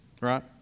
right